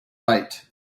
right